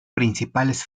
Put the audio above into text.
principales